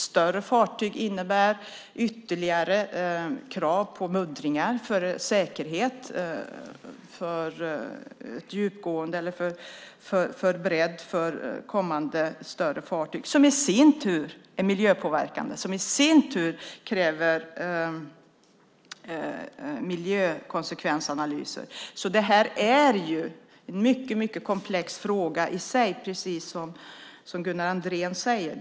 Större fartyg innebär ytterligare krav på muddringar för säkerheten i fråga om djup och bredd. Det är i sin tur miljöpåverkande, som i sin tur kräver miljökonsekvensanalyser. Detta är alltså en mycket komplex fråga i sig, precis som Gunnar Andrén säger.